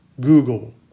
Google